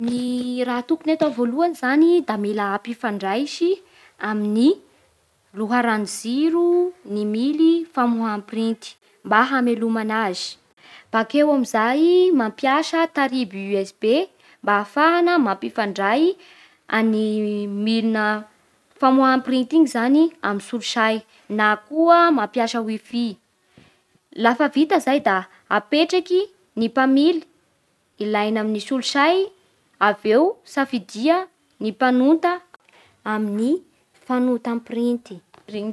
Ny raha tokony atao voalohany dia tokony ampifandraisy amin'ny loharano jiro ny lily famoaha printy mba hameloman'azy, bakeo amin'izay mampiasa taribo USB mba ahafahana mampifandray amin'ny milina famoahana printy iny zany amin'ny solosay na koa mampiasa wifi, lafa vita zay da apetraky ny mpamily ilaina amin'ny solosay avy eo safidia ny mpanonta amin'ny fanonta printy.